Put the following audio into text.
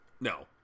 No